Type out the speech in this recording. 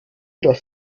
dass